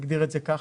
נגדיר את זה ככה,